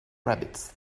rabbits